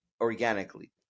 organically